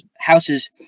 houses